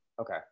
Okay